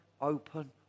open